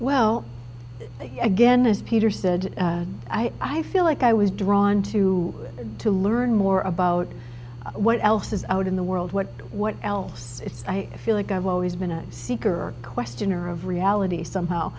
well again as peter said i feel like i was drawn to it to learn more about what else is out in the world what what else i feel like i've always been a seeker questioner of reality somehow